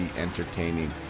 entertaining